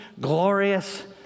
glorious